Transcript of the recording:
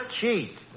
cheat